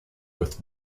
with